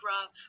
rob